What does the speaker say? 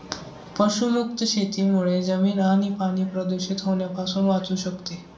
पशुमुक्त शेतीमुळे जमीन आणि पाणी प्रदूषित होण्यापासून वाचू शकते